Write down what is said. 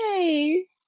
Yay